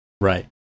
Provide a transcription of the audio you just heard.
Right